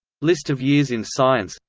list of years in science